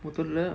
மொதல்ல:modalla